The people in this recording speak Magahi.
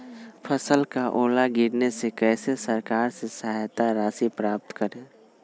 फसल का ओला गिरने से कैसे सरकार से सहायता राशि प्राप्त करें?